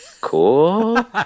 cool